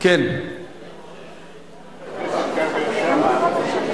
מדבקת אחריות),